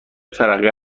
ترقه